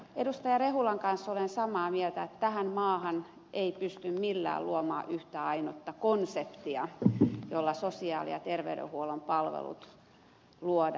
rehulan kanssa olen samaa mieltä että tähän maahan ei pysty millään luomaan yhtä ainutta konseptia jolla sosiaali ja terveydenhuollon palvelut luodaan